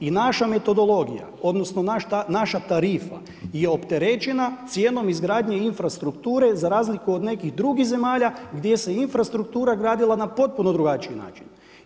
I naša metodologija odnosno naša tarifa je opterećena cijenom izgradnje infrastrukture za razliku od nekih drugih zemalja gdje se infrastruktura gradila na potpuno drugačiji način.